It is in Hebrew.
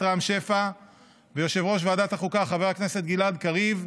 רם שפע ויושב-ראש ועדת החוקה חבר הכנסת גלעד קריב,